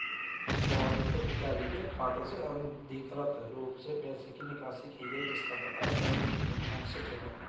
मोहन के पिताजी के खाते से अनधिकृत रूप से पैसे की निकासी की गई जिसका पता बैंक स्टेटमेंट्स से चला